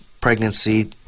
pregnancy